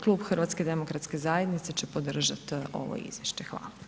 Klub HDZ-a će podržati ovo izvješće, hvala.